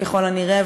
ככל הנראה,